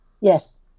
Yes